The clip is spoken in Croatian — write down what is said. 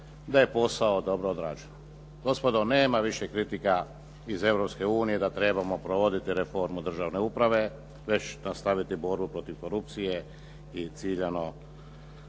da je posao dobro odrađen. Gospodo nema više kritika iz Europske unije da trebamo provoditi reformu državne uprave već nastaviti borbu protiv korupcije i ciljano